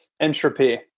Entropy